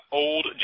old